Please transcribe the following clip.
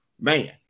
man